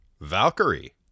Valkyrie